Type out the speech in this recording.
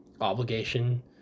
obligation